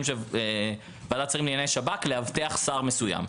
של ועדת שרים לענייני שב"כ לאבטח שר מסוים.